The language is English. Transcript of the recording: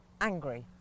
angry